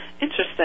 Interesting